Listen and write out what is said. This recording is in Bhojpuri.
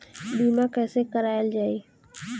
बीमा कैसे कराएल जाइ?